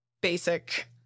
basic